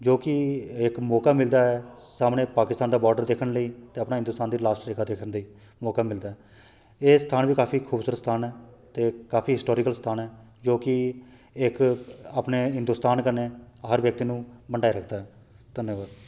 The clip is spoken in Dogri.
जो कि इक मौका मिलदा ऐ सामनै पाकिस्तान दा बाडर दिक्खने लेई ते अपने हिंदुस्तान दी लास्ट रेखा दिक्खने दा मौका मिलदा ऐ एह् स्थान बी काफी खूबसूरत स्थान ऐ ते काफी हिस्टोरिकल स्थान ऐ जो कि इक अपने हिंदुस्तान कन्नै हर व्यक्ति नू बनाई रखदा ऐ धन्यावाद